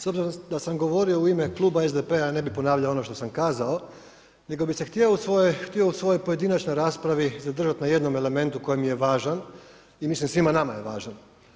S obzirom da sam govorio u ime kluba SDP-a, ja ne bih ponavljao ono što sam kazao, nego bih se htio u svojoj pojedinačnoj raspravi zadržat na jednom elementu koji mi je važan i mislim svima nama je važan.